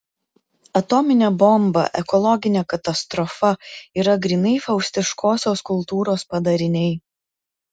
atominė bomba ekologinė katastrofa yra grynai faustiškosios kultūros padariniai